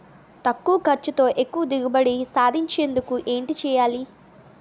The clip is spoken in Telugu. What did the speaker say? తక్కువ ఖర్చుతో ఎక్కువ దిగుబడి సాధించేందుకు ఏంటి చేయాలి?